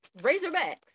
Razorbacks